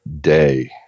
day